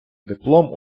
диплом